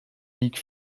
league